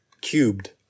cubed